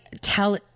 tell